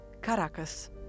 Caracas